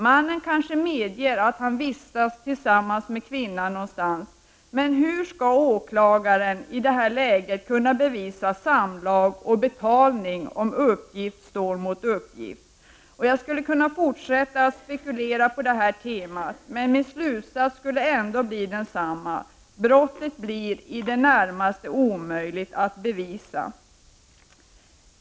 Mannen medger kanske att han vistats tillsammans med kvinnan någonstans, men hur skall åklagaren i detta läge där uppgift står mot uppgift kunna bevisa samlag mot betalning. Jag skulle kunna fortsätta att spekulera på detta tema, men min slutsats skulle ändå bli densamma. Brottet blir i det närmaste omöjligt att bevisa.